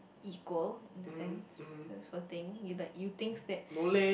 equal in a sense that sort of thing you the you thinks that